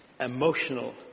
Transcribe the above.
emotional